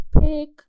pick